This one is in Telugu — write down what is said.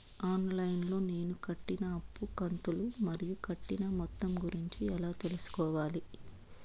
ఆన్ లైను లో నేను కట్టిన అప్పు కంతులు మరియు కట్టిన మొత్తం గురించి ఎలా తెలుసుకోవాలి?